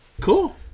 cool